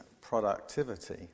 productivity